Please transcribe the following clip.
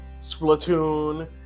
Splatoon